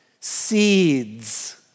seeds